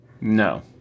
No